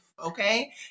Okay